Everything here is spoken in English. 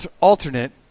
alternate